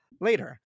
later